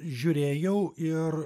žiūrėjau ir